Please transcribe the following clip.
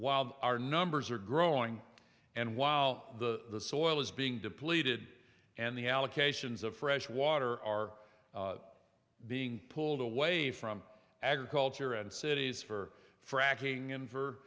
while our numbers are growing and while the soil is being depleted and the allocations of fresh water are being pulled away from agriculture and cities for f